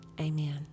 amen